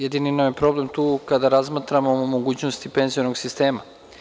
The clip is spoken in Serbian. Jedini nam je problem tu kada razmatramo mogućnosti penzionog sistema.